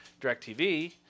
DirecTV